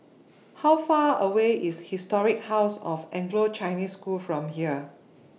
How Far away IS Historic House of Anglo Chinese School from here